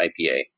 IPA